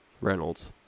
Reynolds